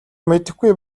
мэдэхгүй